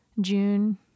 June